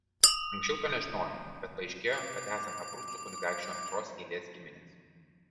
anksčiau to nežinojome bet paaiškėjo kad esam abrucų kunigaikščio antros eilės giminės